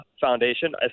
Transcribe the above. Foundation